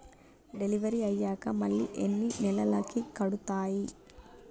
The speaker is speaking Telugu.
డెలివరీ అయ్యాక మళ్ళీ ఎన్ని నెలలకి కడుతాయి?